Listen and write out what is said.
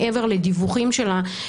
מעבר לדיווחים שלה,